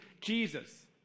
Jesus